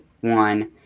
one